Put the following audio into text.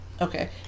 okay